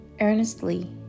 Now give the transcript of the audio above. earnestly